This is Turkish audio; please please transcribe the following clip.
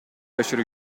aşırı